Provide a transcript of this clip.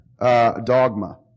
Dogma